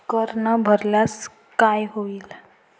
कर न भरल्यास काय होईल?